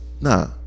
Nah